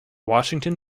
washington